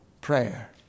Prayer